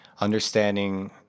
understanding